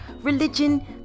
religion